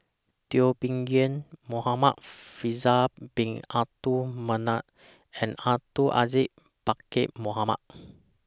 Teo Bee Yen Muhamad Faisal Bin Abdul Manap and Abdul Aziz Pakkeer Mohamed